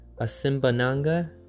Asimbananga